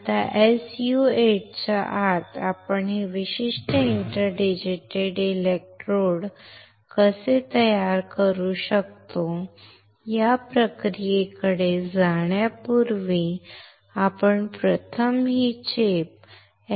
आता SU 8 च्या आत आपण हे विशिष्ट इंटर डिजिटेटेड इलेक्ट्रोड कसे तयार करू शकतो या प्रक्रियेकडे जाण्यापूर्वी आपण प्रथम ही चिप